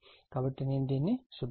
కాబట్టి నేను దానిని శుభ్ర పరుస్తాను